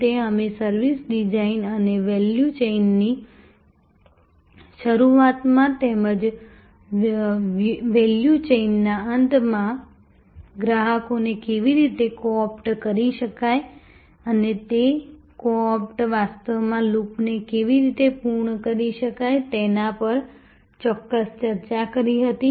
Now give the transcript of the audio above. અંતે અમે service design અને વેલ્યુ ચેઈનની શરૂઆતમાં તેમજ વેલ્યુ ચેઈનના અંતમાં ગ્રાહકોને કેવી રીતે કો ઓપ્ટ કરી શકાય અને તે કો ઓપ્શન્સ વાસ્તવમાં લૂપને કેવી રીતે પૂર્ણ કરી શકે તેના પર ચોક્કસ ચર્ચા કરી હતી